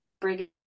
bring